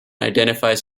identifies